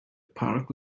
park